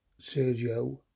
Sergio